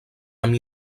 amb